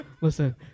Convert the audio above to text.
Listen